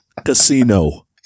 casino